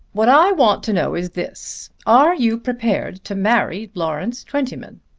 what i want to know is this are you prepared to marry lawrence twentyman?